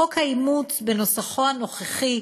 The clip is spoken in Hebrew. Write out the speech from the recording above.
חוק האימוץ בנוסחו הנוכחי,